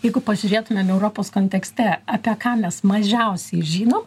jeigu pasižiūrėtumėm europos kontekste apie ką mes mažiausiai žinom